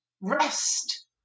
Rest